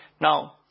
Now